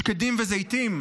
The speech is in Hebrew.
שקדים וזיתים,